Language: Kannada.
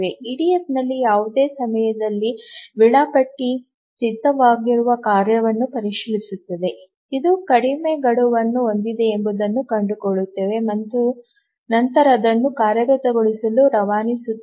ಇಡಿಎಫ್ನಲ್ಲಿ ಯಾವುದೇ ಸಮಯದಲ್ಲಿ ವೇಳಾಪಟ್ಟಿ ಸಿದ್ಧವಾಗಿರುವ ಕಾರ್ಯವನ್ನು ಪರಿಶೀಲಿಸುತ್ತದೆ ಇದು ಕಡಿಮೆ ಗಡುವನ್ನು ಹೊಂದಿದೆ ಎಂಬುದನ್ನು ಕಂಡುಕೊಳ್ಳುತ್ತದೆ ಮತ್ತು ನಂತರ ಅದನ್ನು ಕಾರ್ಯಗತಗೊಳಿಸಲು ರವಾನಿಸುತ್ತದೆ